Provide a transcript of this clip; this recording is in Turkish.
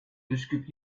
üsküp